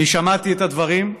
אני שמעתי את הדברים.